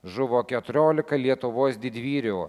žuvo keturiolika lietuvos didvyrių